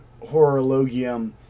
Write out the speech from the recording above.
Horologium